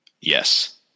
Yes